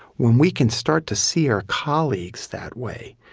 when we can start to see our colleagues that way,